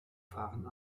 fahren